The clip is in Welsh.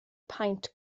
paent